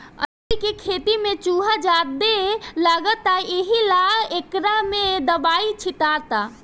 अलूइ के खेत में चूहा ज्यादे लगता एहिला एकरा में दवाई छीटाता